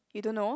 you don't know